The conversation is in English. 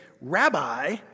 Rabbi